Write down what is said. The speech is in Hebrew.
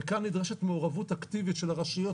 וכאן נדרשת מעורבות אקטיבית של הרשויות